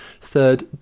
Third